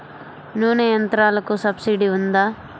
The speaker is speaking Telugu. నూనె యంత్రాలకు సబ్సిడీ ఉందా?